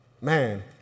man